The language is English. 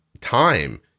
time